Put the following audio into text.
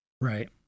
Right